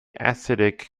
acidic